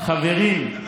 חברים,